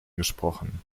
gesprochen